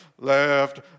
left